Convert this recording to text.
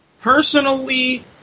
Personally